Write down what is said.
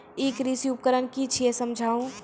ई कृषि उपकरण कि छियै समझाऊ?